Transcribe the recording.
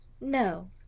No